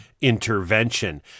intervention